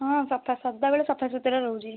ହଁ ସଫା ସଦାବେଳେ ସଫାସୁତୁରା ରହୁଛି